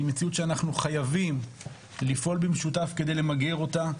היא מציאות שאנחנו חייבים לפעול במשותף כדי למגר אותה,